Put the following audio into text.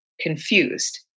confused